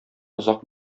озак